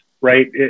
right